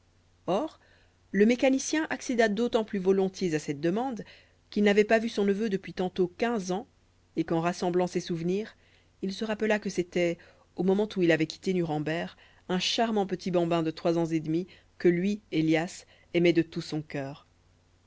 or le mécanicien accéda d'autant plus volontiers à cette demande qu'il n'avait pas vu son neveu depuis tantôt quinze ans et qu'en rassemblant ses souvenirs il se rappela que c'était au moment où il avait quitté nuremberg un charmant petit bambin de trois ans et demi que lui élias aimait de tout son cœur